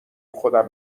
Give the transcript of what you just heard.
خودم